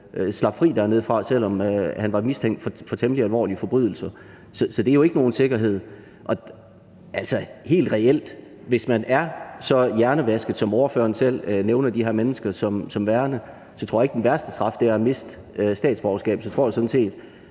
slap fri dernedefra, selv om han var mistænkt for temmelig alvorlige forbrydelser. Så det er jo ikke nogen sikkerhed. Altså, helt reelt: Hvis man er så hjernevasket, som ordføreren selv nævner de her mennesker som værende, så tror jeg ikke, den værste straf er at miste statsborgerskabet, så tror jeg sådan set,